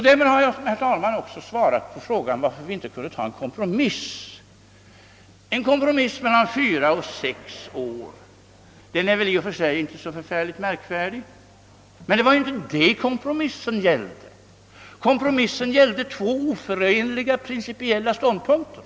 Därmed har jag, herr talman, också svarat på frågan varför vi inte kunde acceptera en kompromiss. En kompromiss mellan fyra och sex år är i och för sig inte så märkvärdig, men det var inte det som kompromissen gällde, utan två oförenliga principiella ståndpunkter.